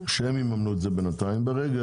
הביטוח